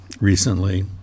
recently